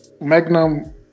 Magnum